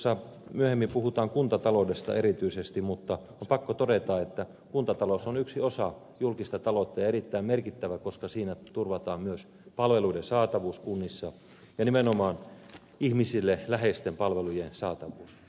tuossa myöhemmin puhutaan kuntataloudesta erityisesti mutta on pakko todeta että kuntatalous on yksi osa julkista taloutta ja erittäin merkittävä koska siinä turvataan myös palveluiden saatavuus kunnissa ja nimenomaan ihmisille läheisten palvelujen saatavuus